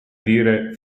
dire